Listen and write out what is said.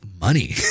money